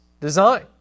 design